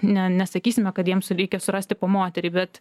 ne nesakysime kad jiems reikia surasti po moterį bet